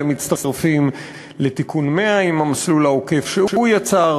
והם מצטרפים לתיקון 100 עם המסלול העוקף שהוא יצר,